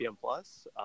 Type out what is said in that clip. plus